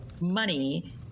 money